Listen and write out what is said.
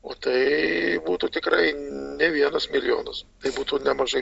o tai būtų tikrai ne vienas milijonas tai būtų nemažai